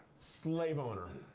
slave owner.